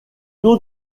nom